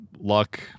luck